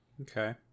Okay